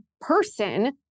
person